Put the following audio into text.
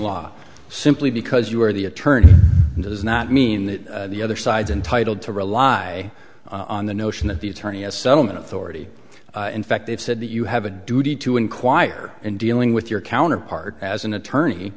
law simply because you are the attorney does not mean that the other side's entitled to rely on the notion that the attorney is settlement authority in fact they've said that you have a duty to inquire in dealing with your counterpart as an attorney